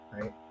right